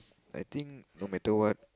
I think no matter what